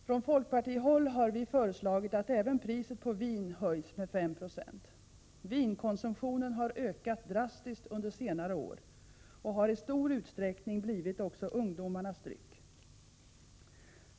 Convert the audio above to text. Från folkpartihåll har vi föreslagit att även priset på vin skall höjas med 5 20. Vinkonsumtionen har ökat drastiskt under senare år, och vinet har i stor utsträckning blivit också ungdomarnas dryck.